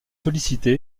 sollicité